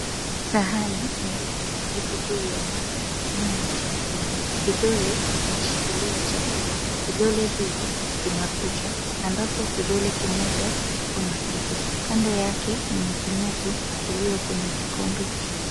Sahani nyeupe iko juu ya meza imo na chakula. Vidole imeshikilia chakula. Vidole hivyo vina kucha ambako kidole kimoja kiko na pete. Kando yake mna kinywaji kiliyo kwenye kikombe cheupe.